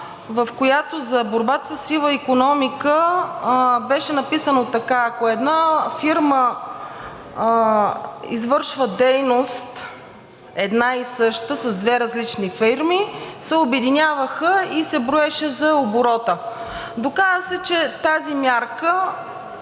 в която за борбата със сивата икономика беше написано така: ако една фирма извършва дейност, една и съща, с две различни фирми, се обединяваха и се броеше за оборота. Доказа се, че тази мярка